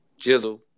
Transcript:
Jizzle